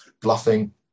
bluffing